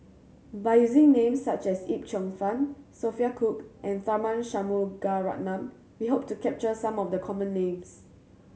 by using names such as Yip Cheong Fun Sophia Cooke and Tharman Shanmugaratnam we hope to capture some of the common names